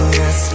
yes